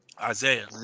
Isaiah